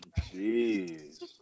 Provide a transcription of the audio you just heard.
Jeez